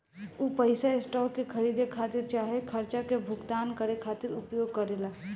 उ पइसा स्टॉक के खरीदे खातिर चाहे खर्चा के भुगतान करे खातिर उपयोग करेला